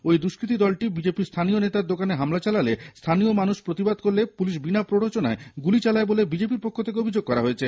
ওই দুষ্কৃতি দলটি বিজেপির স্হানীয় নেতার দোকানে হামলা চালালে স্হানীয় মানুষ প্রতিবাদ করলে পুলিশ বিনা প্ররোচনায় গুলি চালায় বলে বিজেপির পক্ষ থেকে অভিযোগ করা হয়েছে